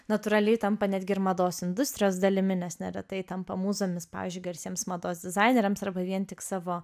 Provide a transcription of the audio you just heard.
natūraliai tampa netgi ir mados industrijos dalimi nes neretai tampa mūzomis pavyzdžiui garsiems mados dizaineriams arba vien tik savo